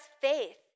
faith